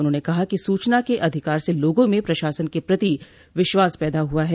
उन्होंने कहा कि सूचना के अधिकार से लोगों में प्रशासन के प्रति विश्वास पैदा हुआ है